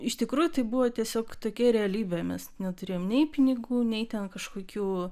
iš tikrųjų tai buvo tiesiog tokia realybė mes neturėjom nei pinigų nei ten kažkokių